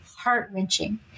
heart-wrenching